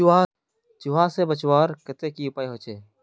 चूहा से बचवार केते की उपाय होचे?